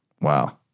Wow